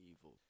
evil